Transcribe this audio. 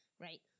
right